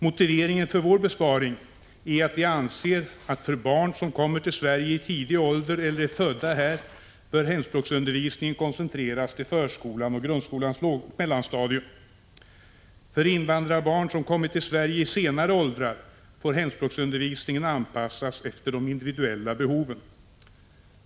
Motiveringen för vår besparing är att vi anser, att för barn som kommer till Sverige i tidig ålder eller är födda här bör hemspråksundervisningen koncentreras till förskolan och grundskolans lågoch mellanstadium. För invandrarbarn som kommit till Sverige i senare åldrar får hemspråksundervisningen anpassas efter de individuella behoven.